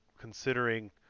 considering